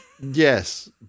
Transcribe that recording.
Yes